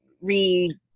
re